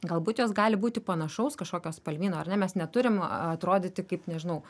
galbūt jos gali būti panašaus kažkokio spalvyno ar ne mes neturim atrodyti kaip nežinau